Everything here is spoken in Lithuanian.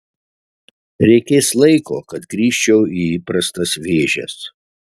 reikės laiko kad grįžčiau į įprastas vėžes